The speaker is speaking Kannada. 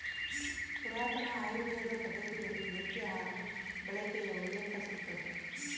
ಪುರಾತನ ಆಯುರ್ವೇದ ಪದ್ದತಿಯಲ್ಲಿ ಮೇಕೆ ಹಾಲು ಬಳಕೆಯ ಉಲ್ಲೇಖ ಸಿಗ್ತದ